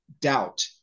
doubt